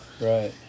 Right